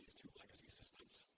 to legacy systems.